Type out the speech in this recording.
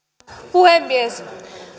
puhemies